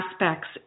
aspects